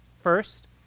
first